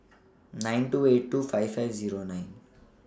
nine two eight two five five Zero nine